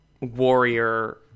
warrior